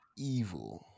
evil